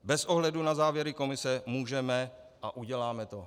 Bez ohledu na závěry komise můžeme a uděláme to.